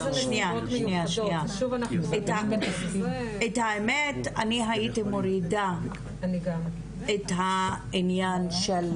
את האמת, אני הייתי מורידה את העניין של